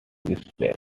whispering